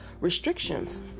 restrictions